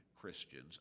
Christians